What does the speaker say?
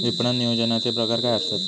विपणन नियोजनाचे प्रकार काय आसत?